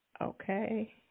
Okay